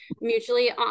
mutually